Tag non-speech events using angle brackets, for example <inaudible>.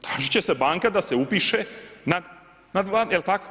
Tražiti će se banka da se upiše, na … <unintelligible> Jel tako?